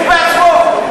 הוא בעצמו.